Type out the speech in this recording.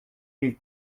mille